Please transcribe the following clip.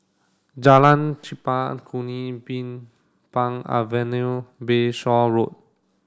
Jalan Chempaka Kuning Bin Pang Avenue Bayshore Road